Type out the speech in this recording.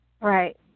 Right